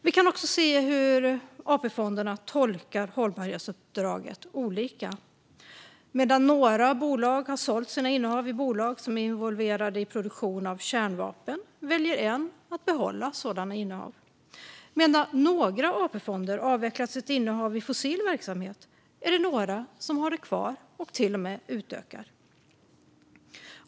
Vi kan också se hur AP-fonderna tolkar hållbarhetsuppdraget olika. Medan några bolag har sålt sina innehav i bolag som är involverade i produktion av kärnvapen väljer en av fonderna att behålla sådana innehav. Medan några AP-fonder avvecklat sitt innehav i fossil verksamhet är det några som håller kvar sitt innehav och till och med utökar det.